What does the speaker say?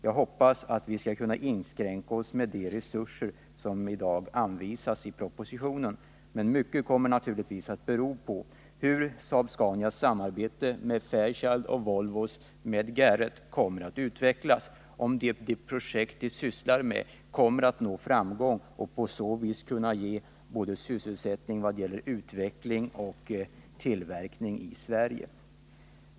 Jag hoppas att vi skall kunna inskränka oss till de resurser som i dag anvisas i propositionen, men mycket kommer naturligtvis att bero på hur Saab-Scanias samarbete med Fairchild och Volvos med Garrett kommer att utvecklas och om projektet kommer att få framgång, så att man kan skapa sysselsättning genom en utveckling och tillverkning i Sverige.